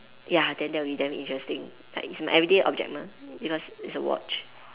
ya then that will be damn interesting like it's an everyday object mah because it's a watch